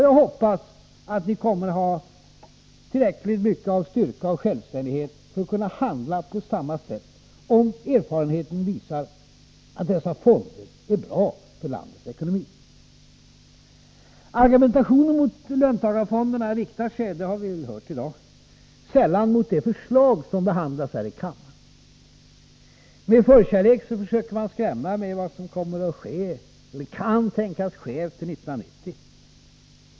Jag hoppas att ni kommer att ha tillräckligt mycket av styrka och självständighet för att kunna handla på samma sätt om erfarenheten visar att dessa fonder är bra för landets ekonomi. Argumentationen mot löntagarfonderna riktar sig — det har vi hört i dag — sällan mot det förslag som behandlas här i kammaren. Med förkärlek försöker man i stället skrämma med vad som kan tänkas ske efter 1990.